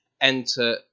enter